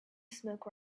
smoke